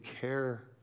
care